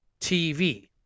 TV